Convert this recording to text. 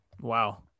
Wow